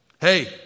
Hey